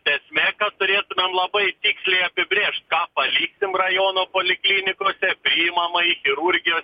esmė kad turėtumėm labai tiksliai apibrėžt ką paliksim rajono poliklinikose priimamąjį chirurgijos